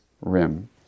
rim